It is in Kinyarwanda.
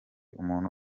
umuntu